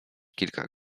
kilka